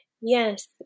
Yes